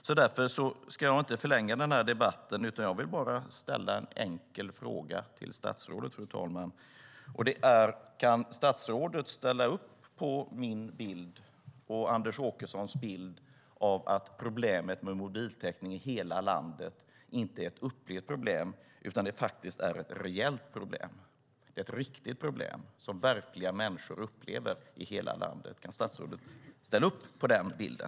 Jag vill inte förlänga den här debatten, utan jag vill bara ställa en enkel fråga till statsrådet: Kan statsrådet ställa upp på min och Anders Åkessons bild av att problemet med mobiltäckning i hela landet inte är ett upplevt problem utan faktiskt ett reellt problem - ett riktigt problem som verkliga människor upplever i hela landet? Kan statsrådet ställa upp på den bilden?